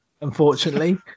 unfortunately